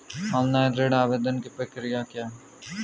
Online ऋण आवेदन की प्रक्रिया क्या है?